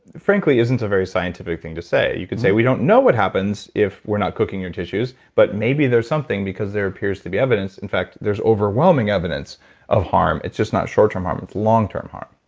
frankly, isn't a very scientific thing to say. you could say we don't know what happens if we're not cooking your tissues, but maybe there's something because there appears to be evidence. in fact, there's overwhelming evidence of harm, it's just not shortterm harm, it's long-term harm,